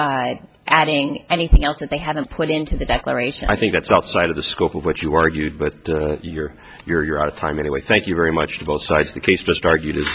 to adding anything else that they haven't put into the declaration i think that's outside of the scope of what you argued but you're you're you're out of time anyway thank you very much to both sides of the case just argued